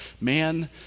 man